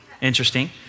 Interesting